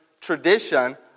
tradition